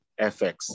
FX